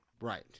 Right